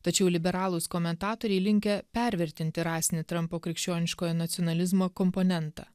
tačiau liberalūs komentatoriai linkę pervertinti rasinį trumpo krikščioniškojo nacionalizmo komponentą